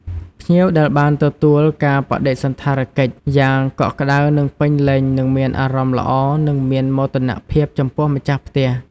ភ្ញៀវដែលបានទទួលការបដិសណ្ឋារកិច្ចយ៉ាងកក់ក្តៅនិងពេញលេញនឹងមានអារម្មណ៍ល្អនិងមានមោទនភាពចំពោះម្ចាស់ផ្ទះ។